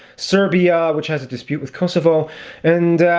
serbia which has a dispute with kosovo and